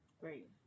Great